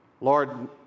Lord